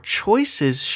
choices